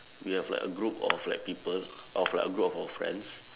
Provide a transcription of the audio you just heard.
we have like a group of like people of like a group of friends